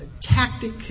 tactic